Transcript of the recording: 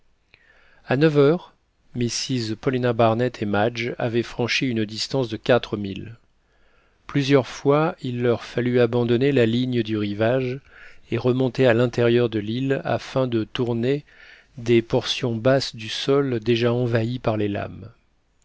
à neuf heures mrs paulina barnett et madge avaient franchi une distance de quatre milles plusieurs fois il leur fallut abandonner la ligne du rivage et remonter à l'intérieur de l'île afin de tourner des portions basses du sol déjà envahies par les lames